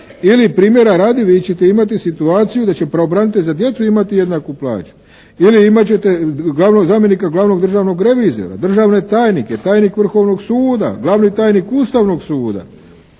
Ili primjera radi, vi ćete imati situaciju da će pravobranitelj za djecu imati jednaku plaću. Ili imat ćete glavnog zamjenika glavnog državnog revizora, državne tajnike, tajnik Vrhovnog suda, glavni tajnik Ustavnog suda,